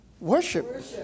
Worship